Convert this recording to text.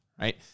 right